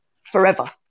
forever